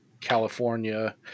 California